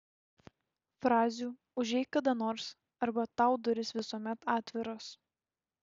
frazių užeik kada nors arba tau durys visuomet atviros